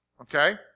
okay